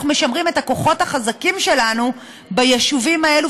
משמרים את הכוחות החזקים שלנו ביישובים האלה,